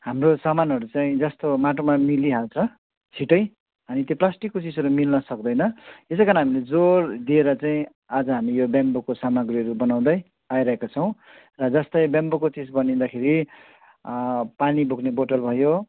हाम्रो सामानहरू चाहिँ जस्तो माटोमा मिलिहाल्छ छिटै अनि त्यो प्लास्टिकको चिजहरू मिल्न सक्दैन त्यसै कारण हामीले जोड दिएर चाहिँ आज हामी यो ब्याम्बोको सामग्रीहरू बनाउँदै आइरहेको छौँ र जस्तै ब्याम्बोको चिज बनिँदाखेरि पानी बोक्ने बोतल भयो